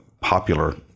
popular